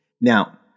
Now